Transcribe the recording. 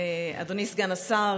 אדוני סגן השר,